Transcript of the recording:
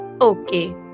Okay